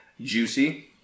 juicy